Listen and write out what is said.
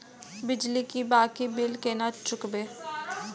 बिजली की बाकी बील केना चूकेबे?